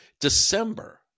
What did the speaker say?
December